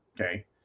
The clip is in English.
okay